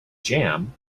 jam